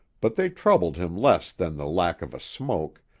but they troubled him less than the lack of a smoke,